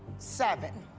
seven